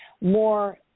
more